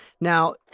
Now